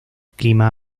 clima